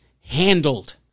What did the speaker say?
handled